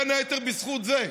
בין היתר בזכות זה.